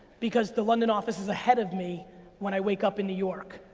because the london office is ahead of me when i wake up in new york.